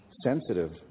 sensitive